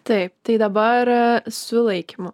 taip tai dabar su laikymu